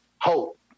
hope